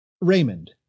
Raymond